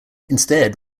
instead